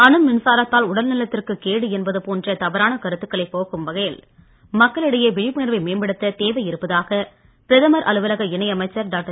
அணு மின்சாரத்தால் உடல் நலத்திற்குக் கேடு என்பது போன்ற தவறான கருத்துக்களைப் போக்கும் வகையில் மக்களிடையே விழிப்புணர்வை மேம்படுத்தத் தேவை இருப்பதாக பிரதமர் அலுவலக இணை அமைச்சர் டாக்டர்